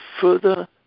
further